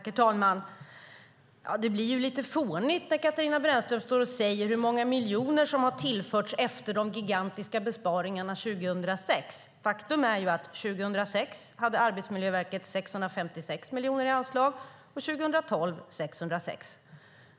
Herr talman! Det blir lite fånigt när Katarina Brännström står och talar om hur många miljoner som har tillförts efter de gigantiska besparingarna 2006. Faktum är att Arbetsmiljöverket 2006 hade 656 miljoner i anslag. År 2012 hade man 606 miljoner.